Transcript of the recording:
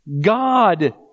God